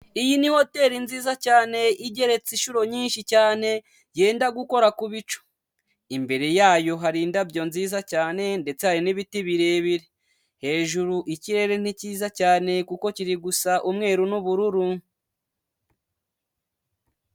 Iyi ni hoteli nziza cyane igereretse inshuro nyinshi cyane yenda gukora ku bicu, imbere yayo hari indabyo nziza cyane ndetse hari n'ibiti birebire, hejuru ikirere ni cyiza cyane kuko kiri gusa umweru n'ubururu.